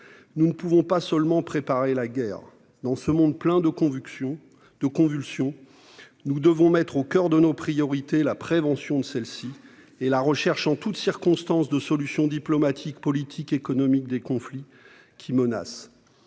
Nous ne saurions nous contenter de préparer la guerre. Dans ce monde plein de convulsions, nous devons mettre au coeur de nos priorités la prévention de celle-ci et la recherche en toutes circonstances d'une solution- diplomatique, politique, économique -aux conflits qui menacent.